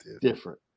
Different